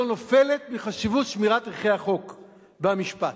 נופלת מחשיבות שמירת ערכי החוק והמשפט.